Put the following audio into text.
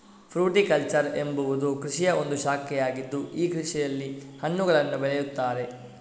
fruticulture ಎಂಬುವುದು ಕೃಷಿಯ ಒಂದು ಶಾಖೆಯಾಗಿದ್ದು ಈ ಕೃಷಿಯಲ್ಲಿ ಹಣ್ಣುಗಳನ್ನು ಬೆಳೆಯುತ್ತಾರೆ